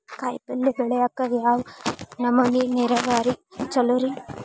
ಕಾಯಿಪಲ್ಯ ಬೆಳಿಯಾಕ ಯಾವ್ ನಮೂನಿ ನೇರಾವರಿ ಛಲೋ ರಿ?